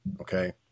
Okay